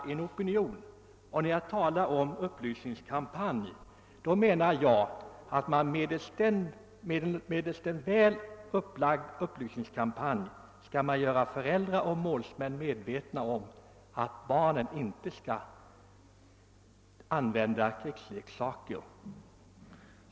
Den av mig förordade kampanjen bör, om den upplägges väl, också kunna göra föräldrar och målsmän medvetna om att barn inte bör använda krigsleksaker.